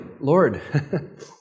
Lord